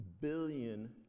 billion